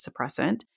suppressant